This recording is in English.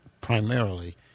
primarily